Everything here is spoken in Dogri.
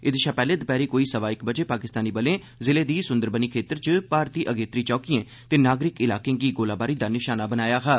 एह्दे षा पैह्ले दपैह्री कोई सवां इक्क बजे पाकिस्तानी बले ज़िले दे सुन्दरबनी खेतर इच भारती अगेत्री चौकिएं ते नागरिक इलाकें गी गोलीबारी दा निषाना बनाया हा